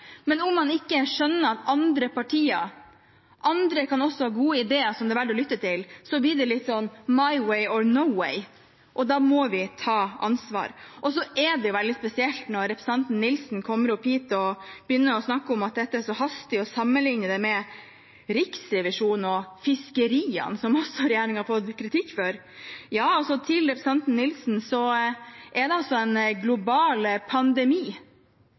men om man ikke skjønner at andre partier og andre også kan ha gode ideer som det er verdt å lytte til, blir det liksom «my way or no way», og da må vi ta ansvar. Så er det veldig spesielt når representanten Nilsen kommer opp hit og begynner å snakke om at dette er så hastig, og sammenligner det med Riksrevisjonen og fiskeriene, som også regjeringen har fått kritikk for. Til representanten Nilsen: Dette er en global pandemi.